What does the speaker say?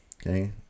okay